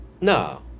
No